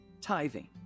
tithing